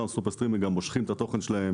אותם סופר-סטרימרים גם מושכים את התוכן שלהם